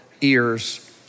ears